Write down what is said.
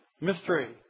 Mystery